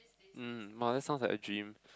um !wah! that sounds like a gym